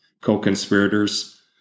co-conspirators